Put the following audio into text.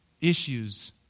issues